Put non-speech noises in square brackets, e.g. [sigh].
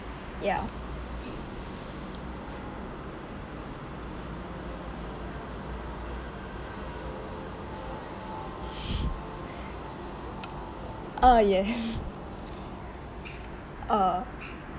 ya [noise] uh yes [laughs] uh